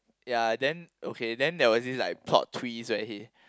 ya then okay then there was this like plot twist where he